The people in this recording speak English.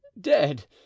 dead